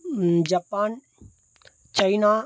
Japan China